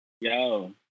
Yo